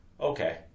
okay